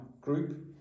Group